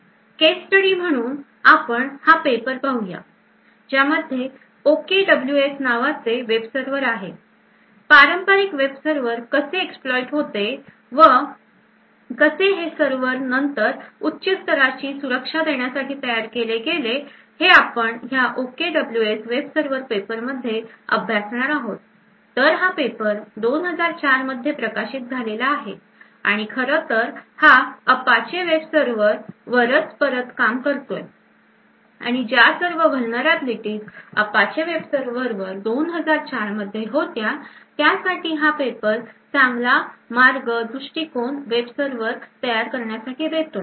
केस study म्हणून आपण हा पेपर पाहूया ज्यामध्ये OKWS नावाचे वेब सर्वर आहे पारंपारिक वेब सर्वर कसे exploit होते व कसे हे सर्वर नंतर उच्च स्तराची सुरक्षा देण्यासाठी तयार केले गेले हे आपण ह्या OKWS वेब सर्वर पेपर मध्ये अभ्यासणार आहोत तर हा पेपर 2004 मध्ये प्रकाशित झालेला आहे आणि खरंतर हा अपाचे वेब सर्वर वरच परत काम करतोय आणि ज्या सर्व vulnerabilities Apache web server वर 2004 मध्ये होत्या त्यासाठी हा पेपर चांगला मार्ग दृष्टिकोन वेब सर्वर तयार करण्यासाठी देतोय